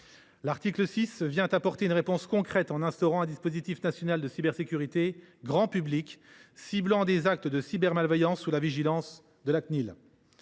L’article 6 tend à apporter une réponse concrète en instaurant un dispositif national de cybersécurité grand public ciblant des actes de cybermalveillance, sous la vigilance de la